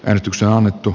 äänestyksen alettu